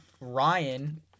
Ryan